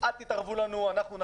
אל תתערבו לנו, אנחנו נחליט.